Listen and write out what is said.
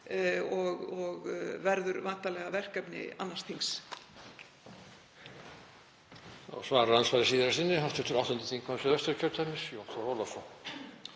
Það verður væntanlega verkefni annars þings.